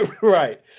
Right